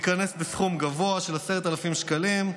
ייקנס בסכום גבוה של 10,000 שקלים,